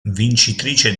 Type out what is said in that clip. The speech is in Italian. vincitrice